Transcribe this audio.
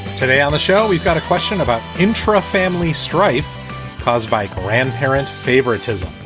today on the show, we've got a question about internal family strife caused by grandparents favoritism.